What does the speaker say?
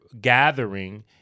gathering